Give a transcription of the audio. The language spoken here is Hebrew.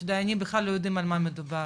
שדיינים בכלל לא יודעים על מה המדובר,